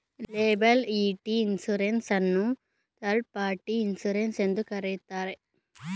liability insurance ಅನ್ನು third party insurance ಎಂದು ಕರೆಯುತ್ತಾರೆ